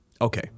Okay